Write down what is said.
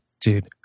dude